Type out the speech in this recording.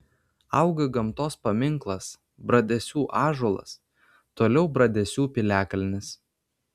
auga gamtos paminklas bradesių ąžuolas toliau bradesių piliakalnis